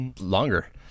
longer